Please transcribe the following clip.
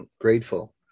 grateful